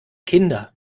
kinder